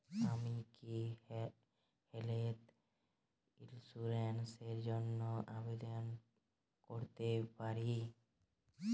আমি কি health insurance র জন্য আবেদন করতে পারি?